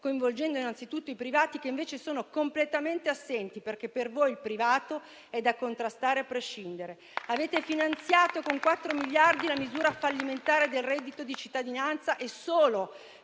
coinvolgendo innanzitutto i privati, che invece sono completamente assenti, perché per voi il privato è da contrastare a prescindere. Avete finanziato con 4 miliardi di euro la misura fallimentare del reddito di cittadinanza e avete